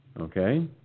Okay